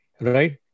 right